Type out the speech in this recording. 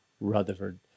Rutherford